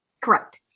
Correct